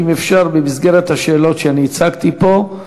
אם אפשר במסגרת השאלות שאני הצגתי פה.